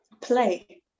play